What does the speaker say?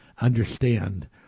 understand